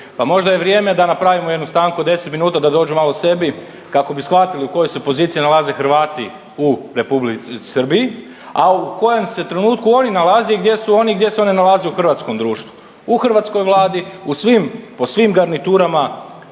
možda je vrijeme da napravimo jednu stanku od 10 minuta da dođu malo k sebi kako bi shvatili u kojoj se poziciji nalaze Hrvate u Republici Srbiji, a u kojem se trenutku oni nalaze i gdje su oni i gdje se oni nalaze u hrvatskom društvu, u hrvatskoj Vladi, u svim, po svim garniturama